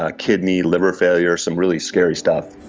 ah kidney, liver failure, some really scary stuff.